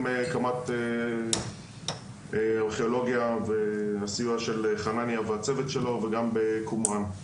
קמ"ט ארכיאולוגיה והסיוע של חנניה והצוות שלו וגם בקומראן.